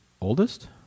oldest